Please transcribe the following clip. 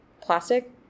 plastic